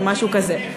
או משהו כזה.